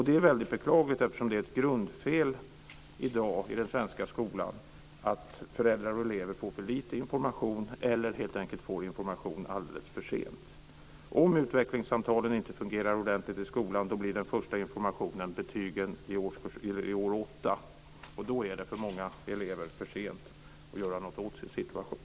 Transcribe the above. Det är väldigt beklagligt, eftersom det är ett grundfel i dag i den svenska skolan att föräldrar och elever får för lite information eller helt enkelt får information alldeles för sent. Om utvecklingssamtalen inte fungerar ordentligt i skolan blir den första informationen betygen i årskurs 8, och då är det för många elever för sent att göra någonting åt sin situation.